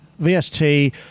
vst